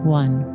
one